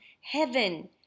heaven